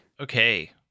Okay